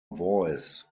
voice